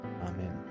Amen